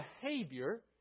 behavior